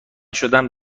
شدم